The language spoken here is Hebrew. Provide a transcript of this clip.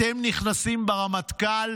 אתם נכנסים ברמטכ"ל?